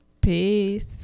Peace